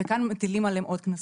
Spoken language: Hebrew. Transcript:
וכאן מטילים עליהם עוד קנסות.